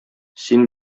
син